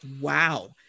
Wow